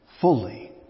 fully